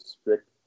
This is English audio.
strict